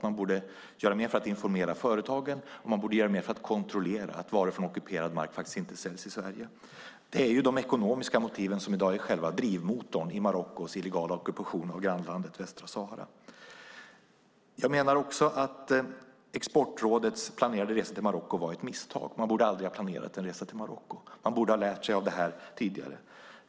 Man borde göra mer för att informera företagen och kontrollera att varor från ockuperad mark inte säljs i Sverige. Det är de ekonomiska motiven som i dag är själva drivmotorn i Marockos illegala ockupation av grannlandet Västsahara. Jag menar också att Exportrådets planerade resa till Marocko var ett misstag. De borde aldrig ha planerat en resa till Marocko. De borde ha lärt sig av detta tidigare.